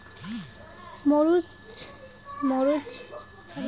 মরিচ এর ফুল ঝড়ি পড়া আটকাবার জইন্যে কি কি করা লাগবে?